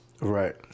Right